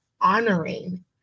honoring